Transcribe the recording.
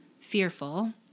fearful